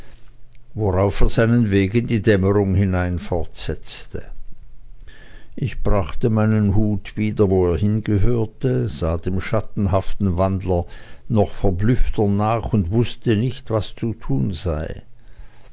worauf er seinen weg in die dämmerung hinein fortsetzte ich brachte meinen hut wieder wo er hingehörte sah dem schattenhaften wandler noch verblüffter nach und wußte nicht was zu tun sei